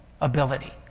ability